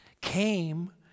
came